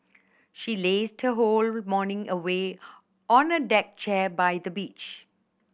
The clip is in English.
she lazed her whole morning away on a deck chair by the beach